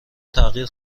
تغییر